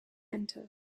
enter